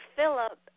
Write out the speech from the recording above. Philip